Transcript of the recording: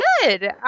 good